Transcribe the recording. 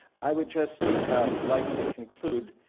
i would just like to conclude.